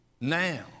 now